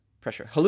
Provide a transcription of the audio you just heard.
pressure